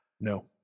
No